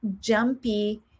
jumpy